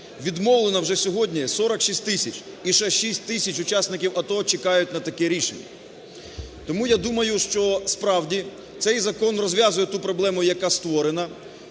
Відмовлено вже сьогодні 46 тисяч, і ще 6 тисяч учасників АТО чекають на таке рішення. Тому, я думаю, що, справді, цей закон розв'язує ту проблему, яка створена.